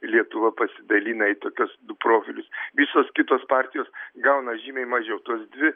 lietuva pasidalina į tokius du profilius visos kitos partijos gauna žymiai mažiau tos dvi